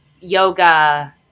yoga